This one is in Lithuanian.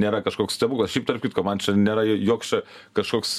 nėra kažkoks stebuklas šiaip tarp kitko man čia nėra joks čia kažkoks